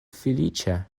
feliĉa